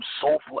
soulful